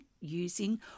using